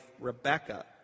Rebecca